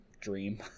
Dream